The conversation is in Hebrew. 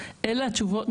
אלה התשובות,